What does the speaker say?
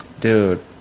dude